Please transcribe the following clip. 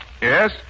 Yes